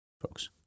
folks